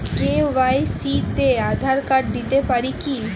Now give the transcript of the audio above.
KYC তে Aadhaar card দিতে পারি কি?